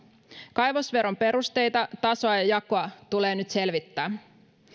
kaivosveron perusteita tasoa ja jakoa tulee nyt selvittää